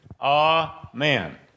Amen